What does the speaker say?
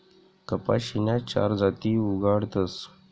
कपाशीन्या चार जाती उगाडतस